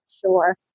sure